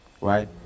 right